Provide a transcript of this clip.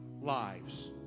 lives